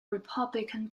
republican